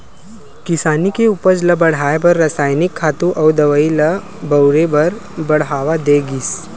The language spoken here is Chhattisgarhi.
किसानी के उपज ल बड़हाए बर रसायनिक खातू अउ दवई ल बउरे बर बड़हावा दे गिस